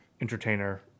entertainer